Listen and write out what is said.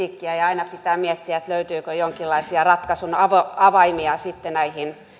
kritiikkiä ja aina pitää miettiä löytyykö jonkinlaisia ratkaisun avaimia avaimia sitten näihin